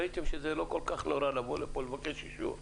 ראיתם שזה לא כל כך נורא לבוא לפה ולבקש אישור.